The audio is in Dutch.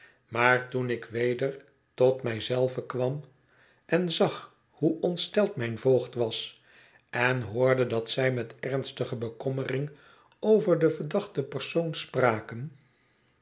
maar toen ik weder tot mij zelve kwam en zag hoe ontsteld mijn voogd was en hoorde dat zij met ernstige bekommering over den verdachten persoon spraken